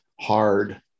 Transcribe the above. hard